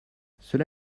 cela